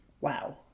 Wow